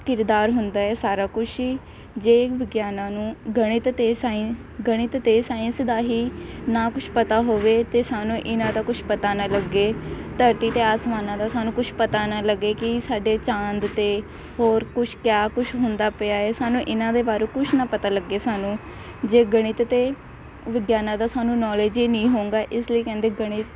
ਕਿਰਦਾਰ ਹੁੰਦਾ ਹੈ ਸਾਰਾ ਕੁਛ ਹੀ ਜੇ ਵਿਗਿਆਨ ਨੂੰ ਗਣਿਤ ਅਤੇ ਸਾਈ ਗਣਿਤ ਅਤੇ ਸਾਇੰਸ ਦਾ ਹੀ ਨਾ ਕੁਛ ਪਤਾ ਹੋਵੇ ਤੇ ਸਾਨੂੰ ਇਹਨਾਂ ਦਾ ਕੁਛ ਪਤਾ ਨਾ ਲੱਗੇ ਧਰਤੀ ਅਤੇ ਆਸਮਾਨਾਂ ਦਾ ਸਾਨੂੰ ਕੁਛ ਪਤਾ ਨਾ ਲੱਗੇ ਕਿ ਸਾਡੇ ਚਾਂਦ ਅਤੇ ਹੋਰ ਕੁਛ ਕਿਆ ਕੁਛ ਹੁੰਦਾ ਪਿਆ ਹੈ ਸਾਨੂੰ ਇਹਨਾਂ ਦੇ ਬਾਰੇ ਕੁਛ ਨਾ ਪਤਾ ਲੱਗੇ ਸਾਨੂੰ ਜੇ ਗਣਿਤ ਅਤੇ ਵਿਗਿਆਨ ਦਾ ਸਾਨੂੰ ਨੌਲੇਜ ਹੀ ਨਹੀਂ ਹੋਊਗਾ ਇਸ ਲਈ ਕਹਿੰਦੇ ਗਣਿਤ